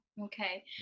okay